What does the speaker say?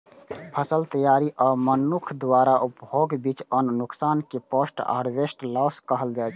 फसल तैयारी आ मनुक्ख द्वारा उपभोगक बीच अन्न नुकसान कें पोस्ट हार्वेस्ट लॉस कहल जाइ छै